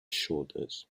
shoulders